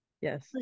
Yes